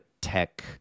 tech